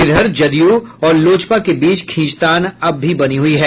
इधर जदयू और लोजपा के बीच खीच तान अब भी बनी हुई है